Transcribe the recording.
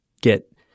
get